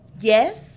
yes